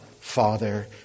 Father